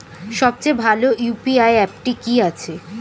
সবচেয়ে ভালো ইউ.পি.আই অ্যাপটি কি আছে?